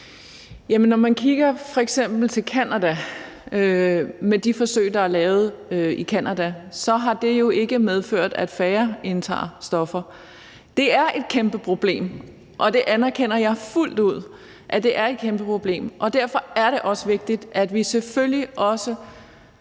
når man kigger til f.eks. Canada med de forsøg, der er lavet der, så har det jo ikke medført, at færre indtager stoffer. Det er et kæmpe problem, og jeg anerkender fuldt ud, at det er et kæmpe problem. Derfor er det selvfølgelig også